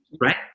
Right